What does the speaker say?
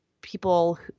people